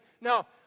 Now